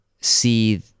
see